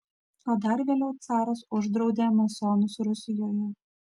o dar vėliau caras uždraudė masonus rusijoje